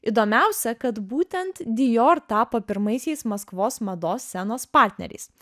įdomiausia kad būtent dior tapo pirmaisiais maskvos mados scenos partneriais